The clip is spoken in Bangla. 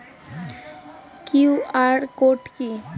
কিউ.আর কোড কি?